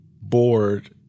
bored